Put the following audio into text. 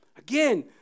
Again